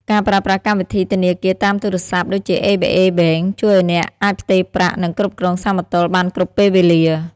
ការប្រើប្រាស់កម្មវិធីធនាគារតាមទូរស័ព្ទ ដូចជា ABA Bank ជួយឱ្យអ្នកអាចផ្ទេរប្រាក់ និងគ្រប់គ្រងសមតុល្យបានគ្រប់ពេលវេលា។